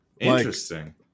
Interesting